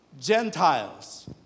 Gentiles